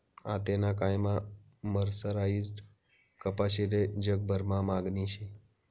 आतेना कायमा मर्सराईज्ड कपाशीले जगभरमा मागणी शे